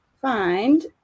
find